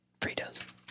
Fritos